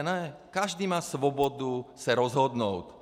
Ne, každý má svobodu se rozhodnout.